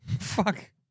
Fuck